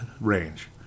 range